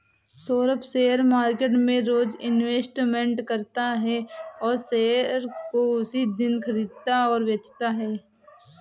Saurabh share market में रोज investment करता है और शेयर को उसी दिन खरीदता और बेचता है